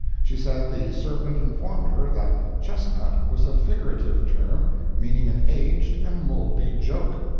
she said the serpent informed her that chestnut was a figurative term meaning an aged and moldy joke.